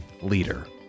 leader